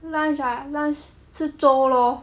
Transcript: lunch ah lunch 吃粥 lor